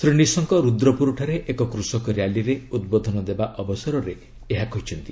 ଶ୍ରୀ ନିଶଙ୍କ ରୁଦ୍ରପୁରଠାରେ ଏକ କୃଷକ ର୍ୟାଲିରେ ଉଦ୍ବୋଧନ ଦେବା ଅବସରରେ ଏହା କହିଛନ୍ତି